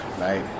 right